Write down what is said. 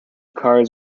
cars